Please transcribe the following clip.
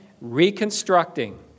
reconstructing